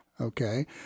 Okay